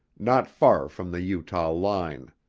not far from the utah line.